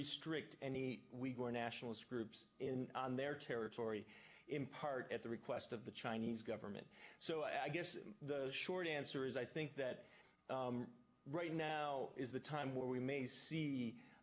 restrict any more nationalist groups in on their territory in part at the request of the chinese government so i guess the short answer is i think that right now is the time where we